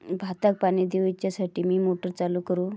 भाताक पाणी दिवच्यासाठी मी मोटर चालू करू?